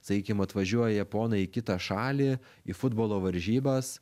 sakykim atvažiuoja japonai į kitą šalį į futbolo varžybas